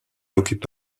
occupe